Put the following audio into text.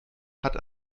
hat